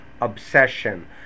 obsession